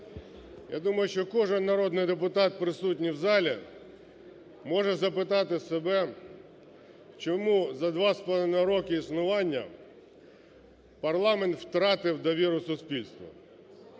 я думаю, що кожен народний депутат, присутній в залі, може запитати себе, чому за два з половиною роки існування парламент втратив довіру суспільства;